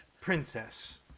princess